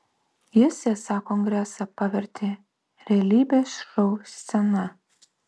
jis esą kongresą pavertė realybės šou scena